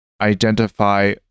identify